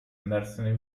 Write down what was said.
andarsene